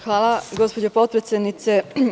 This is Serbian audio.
Hvala gospođo potpredsednice.